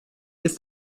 ist